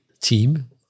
team